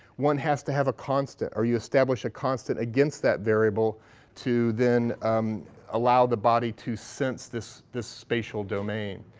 one has to have a constant, or you establish a constant against that variable to then allow the body to sense this this spatial domain.